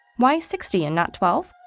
why sixty and not twelve?